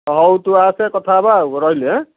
ହଁ ହଉ ତୁ ଆସେ କଥା ହେବା ହଉ ରହିଲି ହେଁ